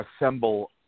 assemble